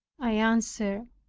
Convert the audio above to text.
i answered,